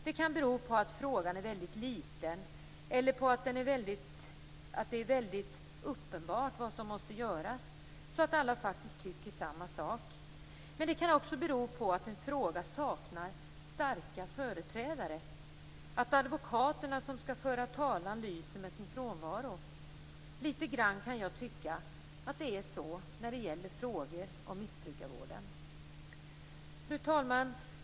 Det kan bero på att frågan är väldigt liten eller på att det är helt uppenbart vad som måste göras så att alla faktiskt tycker samma sak. Men det kan också bero på att det är en fråga som saknar starka företrädare. Advokaterna som skall föra talan lyser med sin frånvaro. Jag kan tycka att det är så litet grand när det gäller frågor om missbrukarvården. Fru talman!